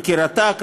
וכי רט"ג,